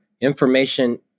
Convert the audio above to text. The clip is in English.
information